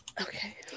okay